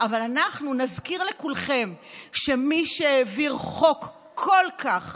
אבל אנחנו נזכיר לכולכם שמי שהעביר חוק כל כך